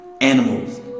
animals